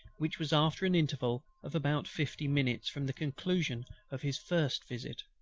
which was after an interval of about fifty minutes from the conclusion of his first visit.